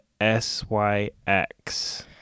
S-Y-X